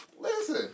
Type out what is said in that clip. Listen